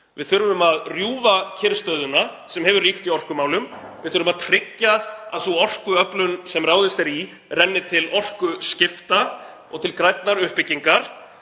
Við þurfum að rjúfa kyrrstöðuna sem hefur ríkt í orkumálum. Við þurfum að tryggja að sú orkuöflun sem ráðist er í renni til orkuskipta og til grænnar uppbyggingar.